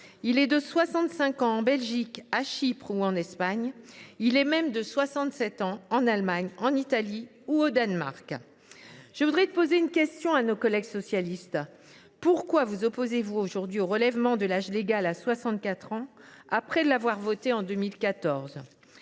il est de 65 ans en Belgique, à Chypre ou en Espagne, et s’élève même à 67 ans en Allemagne, en Italie ou au Danemark. Je pose donc la question à nos collègues socialistes : pourquoi vous opposez vous aujourd’hui au report de l’âge légal à 64 ans après l’avoir voté en 2014 ?